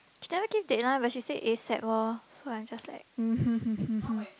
she never give deadline but she said asap loh so I just like mmhmm hmm hmm hmm